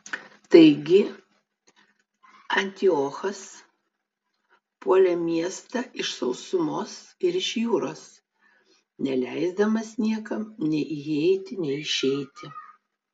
taigi antiochas puolė miestą iš sausumos ir iš jūros neleisdamas niekam nei įeiti nei išeiti